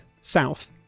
south